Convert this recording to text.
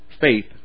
faith